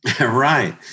Right